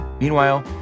Meanwhile